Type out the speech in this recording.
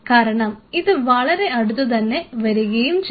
കാരണം ഇത് വളരെ അടുത്തു തന്നെ വരികയും ചെയ്യും